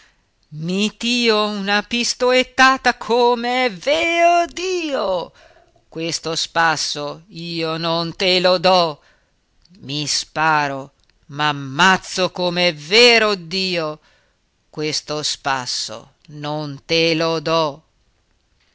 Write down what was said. tio una pistoettata com'è veo dio questo spasso io non te lo do i sparo m'ammazzo com'è vero dio questo spasso non te lo do